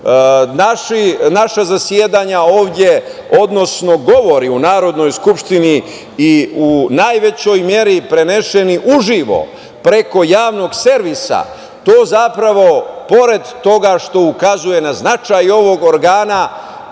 naša zasedanja ovde, odnosno govori u Narodnoj skupštini u najvećoj meri prenošeni uživo preko Javnog servisa to zapravo, pored toga što ukazuje na značaj ovog organa,